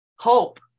hope